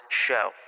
show